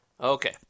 Okay